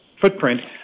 footprint